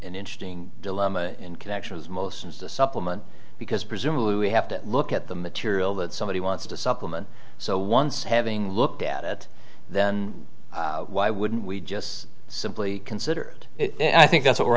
an interesting dilemma in connection as motions to supplement because presumably we have to look at the material that somebody wants to supplement so once having looked at it then why wouldn't we just simply consider it and i think that's what we're